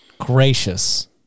Gracious